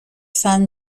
san